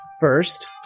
First